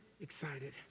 excited